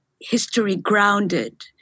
history-grounded